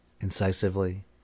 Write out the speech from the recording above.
incisively